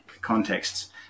contexts